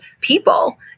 people